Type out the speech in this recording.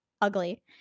ugly